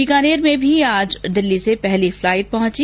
बीकानेर में भी आज दिल्ली से पहली फ्लाइट पहुंची